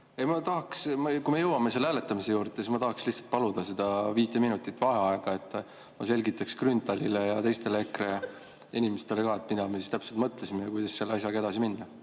Mis sa tahad? Ei, kui me jõuame hääletamise juurde, siis ma tahaks lihtsalt paluda viit minutit vaheaega. Ma selgitaks Grünthalile ja teistele EKRE inimestele ka, mida me siis täpselt mõtlesime ja kuidas selle asjaga edasi minna.